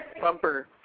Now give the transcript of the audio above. bumper